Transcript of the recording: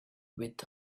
with